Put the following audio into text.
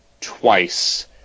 twice